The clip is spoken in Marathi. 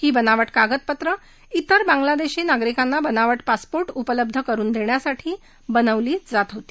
ही बनाव कागदपत्र इतर बांगलादेशी नागरिकांना बनाव पासपो उपलब्ध करून देण्यासाठी बनवली जात होती